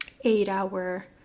eight-hour